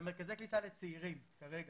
במרכזי קליטה לצעירים כרגע